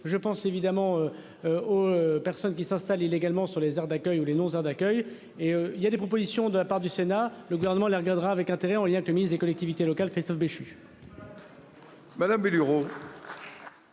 je pense évidemment. Aux personnes qui s'installent illégalement sur les aires d'accueil où les noms hein d'accueil et il y a des propositions de la part du sénat le gouvernement la regardera avec intérêt en lien que le ministre des collectivités locales, Christophe Béchu.